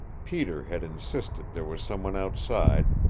peter had insisted there was someone outside,